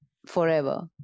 forever